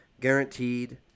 guaranteed